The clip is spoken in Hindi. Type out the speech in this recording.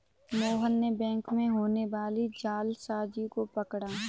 मोहन ने बैंक में होने वाली जालसाजी को पकड़ा